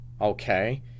okay